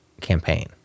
campaign